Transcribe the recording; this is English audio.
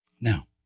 Now